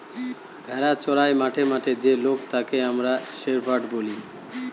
ভেড়া চোরাই মাঠে মাঠে যে লোক তাকে আমরা শেপার্ড বলি